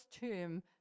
term